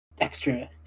extra